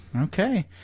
Okay